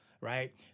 right